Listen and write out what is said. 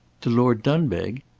to lord dunbeg?